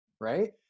Right